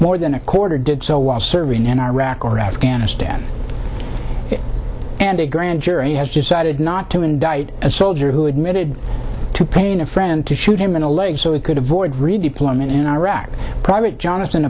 more than a quarter did so while serving in iraq or afghanistan and a grand jury has decided not to indict a soldier who admitted to paying a friend to shoot him in the leg so it could avoid redeployment in iraq private jonathan